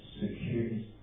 security